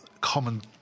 common